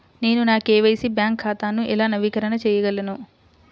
నేను నా KYC bank ఖాతాను ఎలా నవీకరణ చేయగలను?